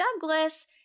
Douglas